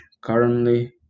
currently